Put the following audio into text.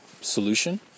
solution